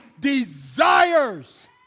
desires